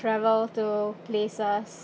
travel to places